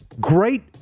Great